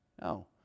No